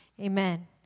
Amen